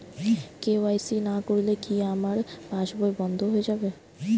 KYC না করলে কি আমার পাশ বই বন্ধ হয়ে যাবে?